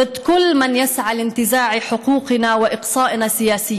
כדי לקדם את הנושאים הנוגעים לעמנו.